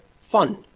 fun